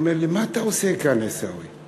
הוא אומר לי: מה אתה עושה כאן, עיסאווי?